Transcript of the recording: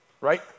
right